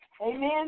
Amen